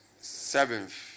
seventh